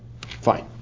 Fine